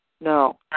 no